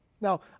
Now